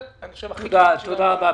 תודה רבה.